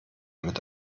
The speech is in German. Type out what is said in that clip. mit